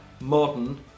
modern